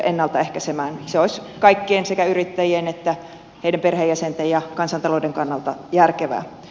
se olisi kaikkien sekä yrittäjien että heidän perheenjäsentensä ja kansantalouden kannalta järkevää